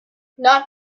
not